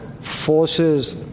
forces